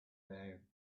down